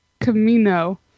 Camino